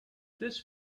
this